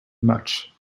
much